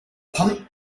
pump